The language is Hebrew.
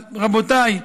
אז רבותיי,